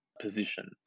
position